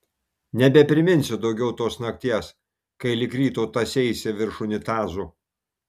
nebepriminsiu daugiau tos nakties kai lig ryto tąseisi virš unitazo